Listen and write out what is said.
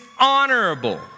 honorable